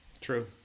True